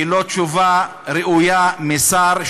היא לא תשובה ראויה משר,